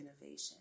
innovation